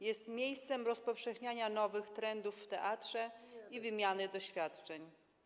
Jest miejscem rozpowszechniania nowych trendów w teatrze i wymiany doświadczeń.